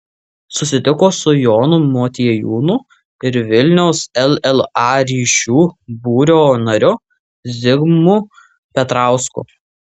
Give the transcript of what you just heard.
susitiko su jonu motiejūnu ir vilniaus lla ryšių būrio nariu zigmu petrausku